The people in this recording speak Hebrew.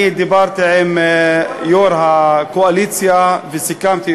דיברתי עם יושב-ראש הקואליציה וסיכמתי